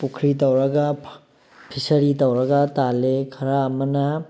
ꯄꯨꯈ꯭ꯔꯤ ꯇꯧꯔꯒ ꯐꯤꯁꯔꯤ ꯇꯧꯔꯒ ꯇꯥꯜꯂꯤ ꯈꯔ ꯑꯃꯅ